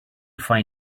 find